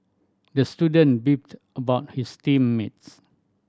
the student beefed about his team mates